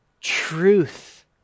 truth